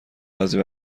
بعضی